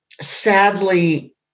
sadly